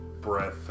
Breath